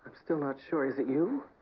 still not sure. is it you?